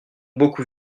beaucoup